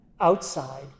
outside